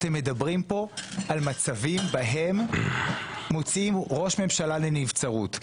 אתם מדברים כאן על מצבים בהם מוציאים ראש ממשלה לנבצרות.